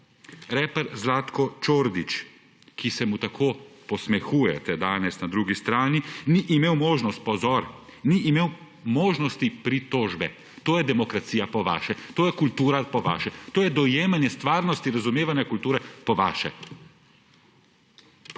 reper Zlatko Čordić, ki se mu tako posmehujete danes na drugi strani, ni imel možnosti, pozor, ni imel možnosti pritožbe. To je demokracija po vaše, to je kultura po vaše, to je dojemanje stvarnosti, razumevanja kulture po vaše.